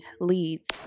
leads